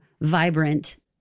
vibrant